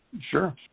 Sure